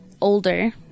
older